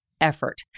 effort